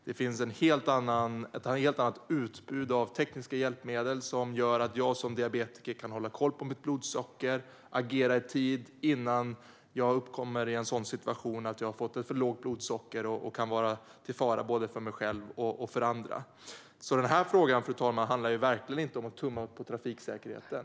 Det finns ett helt annat utbud av tekniska hjälpmedel som gör att jag som diabetiker kan hålla koll på mitt blodsocker och agera i tid innan jag kommer i en sådan situation att jag har fått ett för lågt blodsocker och kan vara till fara både för mig själv och för andra. Fru talman! Den här frågan handlar verkligen inte om att tumma på trafiksäkerheten.